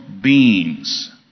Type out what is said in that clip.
beings